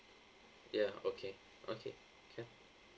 ya okay okay can